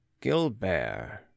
Gilbert